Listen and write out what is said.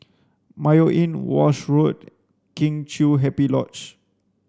Mayo Inn Walshe Road Kheng Chiu Happy Lodge